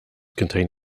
contain